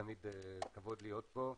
תמיד כבוד להיות פה.